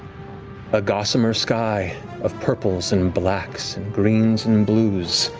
a gossamer sky of purples and blacks and greens and blues,